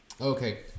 Okay